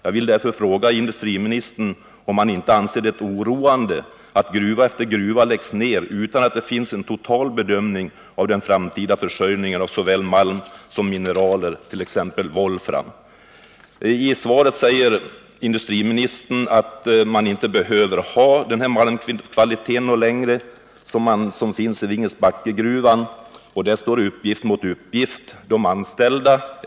Jag vill därför fråga industriministern om han inte anser det oroande att gruva efter gruva läggs ner utan att det finns en total bedömning av den framtida försörjningen av såväl malm som mineral, t.ex. volfram. I svaret säger industriministern att man inte behöver ha den speciella kvalitet som bryts i Vingesbackegruvan. Där står uppgift mot uppgift.